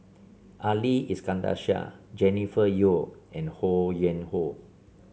Ali Iskandar Shah Jennifer Yeo and Ho Yuen Hoe